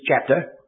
chapter